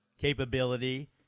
capability